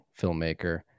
filmmaker